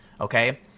Okay